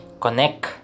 Connect